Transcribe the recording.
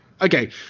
Okay